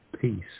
peace